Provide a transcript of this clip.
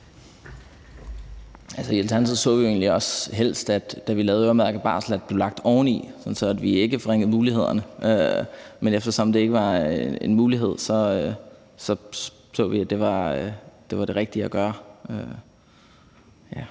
helst set, at det, da man lavede øremærket barsel, blev lagt oveni, sådan at man ikke forringede mulighederne. Men eftersom det ikke var en mulighed, syntes vi, at det var det rigtige at gøre.